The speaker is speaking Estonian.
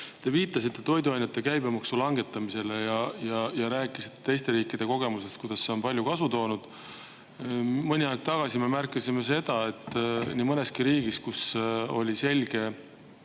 Te viitasite toiduainete käibemaksu langetamisele ja rääkisite teiste riikide kogemusest, et see on palju kasu toonud. Mõni aeg tagasi me märkasime, et nii mõneski riigis, kus need